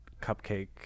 cupcake